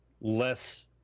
less